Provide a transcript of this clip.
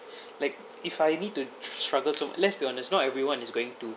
like if I need to struggle so let's be honest not everyone is going to